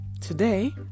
Today